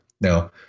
Now